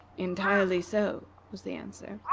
entirely so, was the answer.